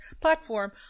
platform